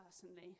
personally